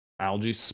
algae